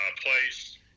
place